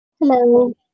Hello